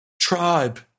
tribe